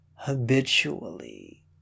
habitually